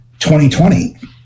2020